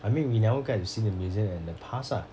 I mean we never get to see the museum in the past lah